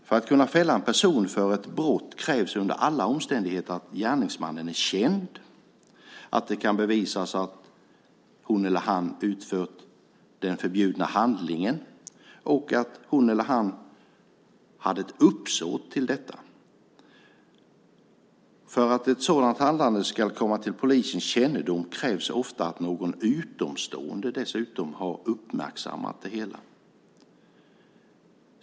För att kunna fälla en person för ett brott krävs under alla omständigheter att gärningsmannen är känd, att det kan bevisas att hon eller han utfört den förbjudna handlingen och att hon eller han hade ett uppsåt till detta. För att ett sådant handlande ska komma till polisens kännedom krävs ofta att någon utomstående dessutom har uppmärksammat det hela.